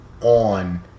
on